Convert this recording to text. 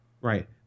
right